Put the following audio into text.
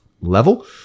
level